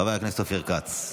חבר הכנסת אופיר כץ.